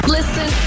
Listen